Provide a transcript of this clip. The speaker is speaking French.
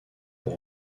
pour